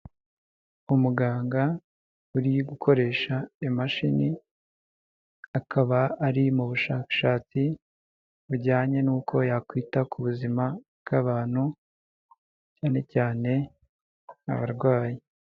Umuganga uri gukoresha imashini, akaba ari mu bushakashatsi bujyanye n'uko yakwita ku buzima bw'abantu cyane cyane abarwayi.